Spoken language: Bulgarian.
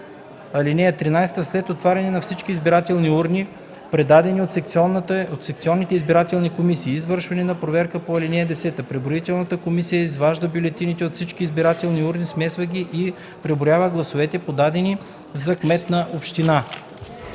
и 8. (13) След отваряне на всички избирателни урни, предадени от секционните избирателни комисии, и извършване на проверката по ал. 10 преброителната комисия изважда бюлетините от всички избирателните урни, смесва ги и преброява гласовете, подадени за всеки вид